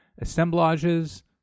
assemblages